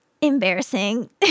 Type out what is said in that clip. embarrassing